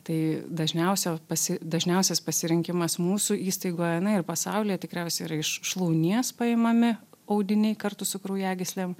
tai dažniausiai pasi dažniausias pasirinkimas mūsų įstaigoje na ir pasaulyje tikriausiai yra iš šlaunies paimami audiniai kartu su kraujagyslėm